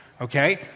Okay